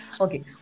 Okay